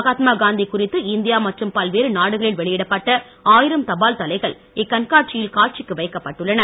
மகாத்மா காந்தி குறித்து இந்தியா மற்றும் பல்வேறு நாடுகளில் வெளியிடப்பட்ட ஆயிரம் தபால் தலைகள் இக்கண்காட்சியில் காட்சிக்கு வைக்கப்பட்டுள்ளன